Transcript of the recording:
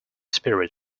spirit